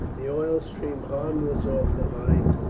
the oil streamed harmless off the hides.